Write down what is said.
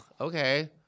okay